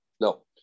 No